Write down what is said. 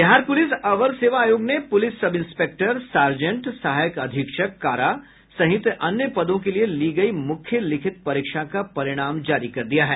बिहार प्रलिस अवर सेवा आयोग ने प्रलिस सब इंस्पेक्टर सार्जेंट सहायक अधीक्षक कारा सहित अन्य पदों के लिए ली गयी मुख्य लिखित परीक्षा का परिणाम जारी कर दिया है